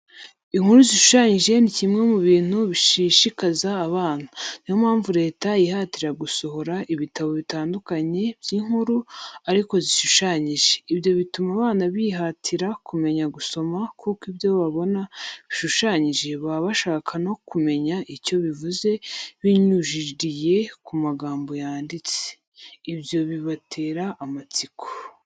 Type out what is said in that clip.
Inkuru zishushanyije ni kimwe mu bintu bishishikaza abana. Niyo mpamvu Leta yihatira gusohora ibitabo bitandukanye by'inkuru, ariko zishushanyije. Ibyo bituma abana bihatira kumenya gusoma kuko ibyo babona bishushanyije baba bashaka no kumenya icyo bivuze binyuriye ku magambo yanditse.I byo bibatera amatsiko.